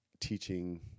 teaching